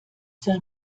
soll